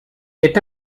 est